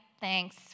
thanks